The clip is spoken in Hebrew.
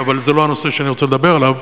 אבל זה לא הנושא שאני רוצה לדבר עליו.